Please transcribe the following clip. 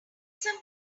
some